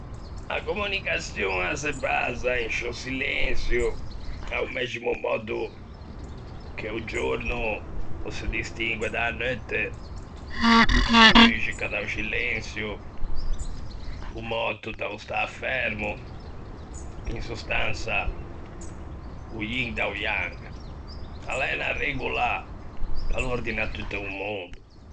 A communicaçion a se basa in sciô scilensio, a-o mæximo mòddo che o giorno o se distingue da-a neutte, a muxica da-o scilençio, o möto da-o stâ fermo, in sostansa, o yin da-o yang, e a l'é unna regola che a l'ordina tutto o mondo.